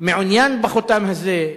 מעוניין בחותם הזה,